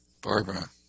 Barbara